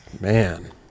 Man